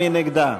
מי נגדה?